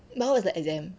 mine was like exam